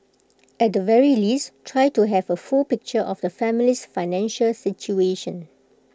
at the very least try to have A full picture of the family's financial situation